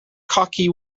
cocky